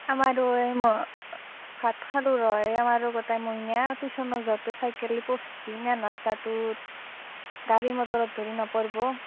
আমাৰো এই ম ভাত খালোঁ ৰ' এই আমাৰো এই মইনা টিউশ্যনত যাওঁতে চাইকেল দি পৰচি ইমান ৰাস্তাটোত গাড়ী মটৰত ধৰি নপৰ্ব